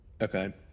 okay